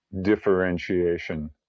differentiation